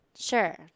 Sure